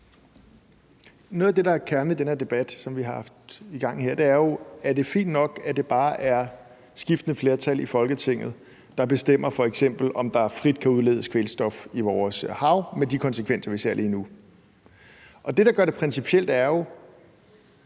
Noget af det, der er kernen i den debat, som vi har i gang her, er jo, om det er fint nok, at det bare er skiftende flertal i Folketinget, der f.eks. bestemmer, om der frit kan udledes kvælstof i vores hav med de konsekvenser, vi ser lige nu. Det, der gør det principielt, er jo,